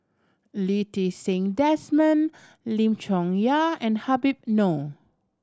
Lee Ti Seng Desmond Lim Chong Yah and Habib Noh